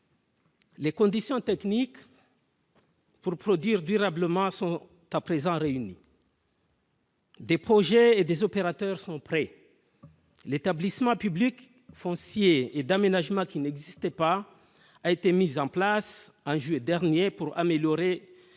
Les conditions techniques. Pour produire durablement son temps présent réunis. Des projets et des opérateurs sont prêts, l'établissement public foncier et d'aménagement qui n'existait pas, a été mis en place en juin dernier pour améliorer,